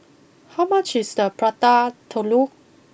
how much is the Prata Telur